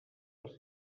les